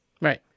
Right